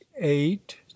eight